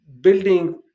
building